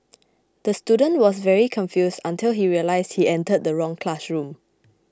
the student was very confused until he realised he entered the wrong classroom